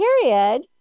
period